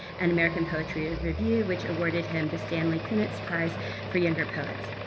and american poetry ah review, which awarded him the stanley kunitz prize for younger poets.